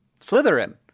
Slytherin